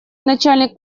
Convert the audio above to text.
начальник